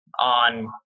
on